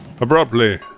Abruptly